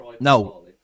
no